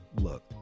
look